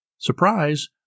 Surprise